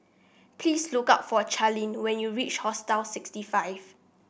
please look up for Charleen when you reach Hostel sixty five